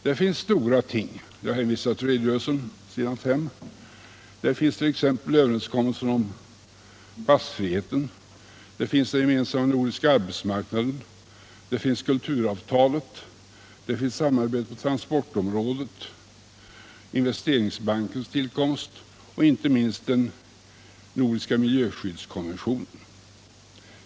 Där finns med stora saker — jag hänvisar till s. 5 i betänkandet — t.ex. överenskommelsen om passfriheten, överenskommelsen om en gemensam nordisk arbetsmarknad, kulturavtalet, samarbetet på transportområdet, den nordiska investeringsbankens tillkomst och inte minst den nordiska miljöskyddskonventionen.